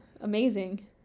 amazing